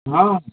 ହଁ